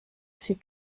sie